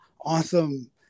awesome